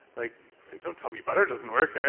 like don't tell me butter doesn't work,